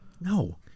No